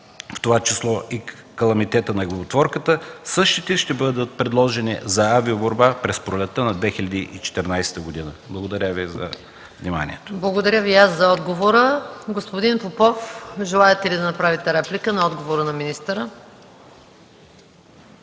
в това число и каламитета на гъботворката, същите ще бъдат предложени за авиоборба през пролетта на 2014 г. Благодаря Ви за вниманието. ПРЕДСЕДАТЕЛ МАЯ МАНОЛОВА: Благодаря Ви за отговора. Господин Попов, желаете ли да направите реплика на отговора на министъра?